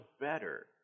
better